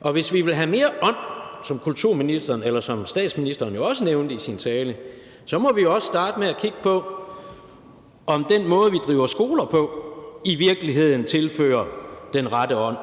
Og hvis vi vil have mere ånd, som statsministeren jo også nævnte i sin tale, må vi også starte med at kigge på, om den måde, vi driver skoler på, i virkeligheden tilfører den rette ånd.